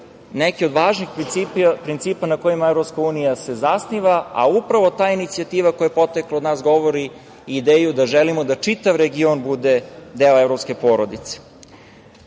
neki od važnih principa na kojima EU se zasniva, a upravo ta inicijativa koja je potekla od nas govori ideju da želimo da čitav Region bude deo evropske porodice. Takođe